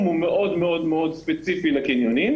הגדלתם את הצפיפות.